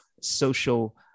social